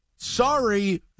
Sorry